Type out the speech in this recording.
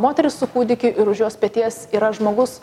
moteris su kūdikiu ir už jos peties yra žmogus